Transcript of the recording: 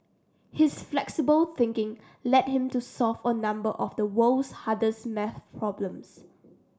his flexible thinking led him to solve a number of the world's hardest maths problems